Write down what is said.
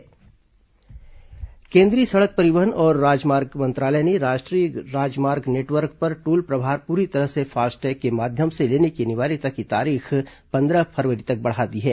toll plaza FASTag केंद्रीय सड़क परिवहन और राजमार्ग मंत्रालय ने राष्ट्रीय राजमार्ग नेटवर्क पर टोल प्रभार पूरी तरह से फास्टैग के माध्यम से लेने की अनिवार्यता की तारीख पंद्रह फरवरी तक बढ़ा दी है